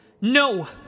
No